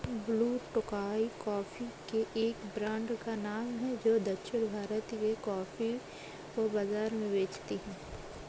blue Tokai coffee के एक brand का नाम है जो दक्षिण भारत के कॉफी को बाजार में बेचती है